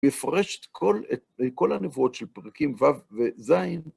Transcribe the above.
יפרש את כל הנבואות של פרקים ו׳ וז׳.